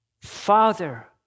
Father